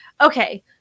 Okay